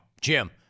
Jim